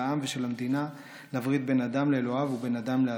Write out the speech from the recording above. של העם ושל המדינה לברית בין אדם לאלוהיו ובין אדם לאדם.